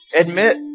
admit